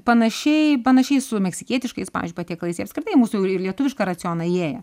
panašiai panašiai su meksikietiškais pavyzdžiui patiekalais jie apskritai į mūsų lietuvišką racioną įėję